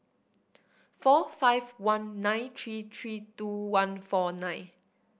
four five one nine three three two one four nine